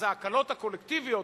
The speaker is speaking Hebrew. ההקלות הקולקטיביות,